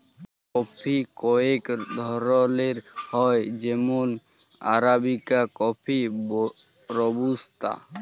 coffee কয়েক ধরলের হ্যয় যেমল আরাবিকা কফি, রবুস্তা